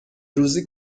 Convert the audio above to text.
روزی